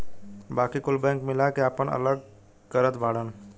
बाकी कुल बैंक मिला के आपन अलग करत बाड़न